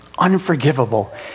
unforgivable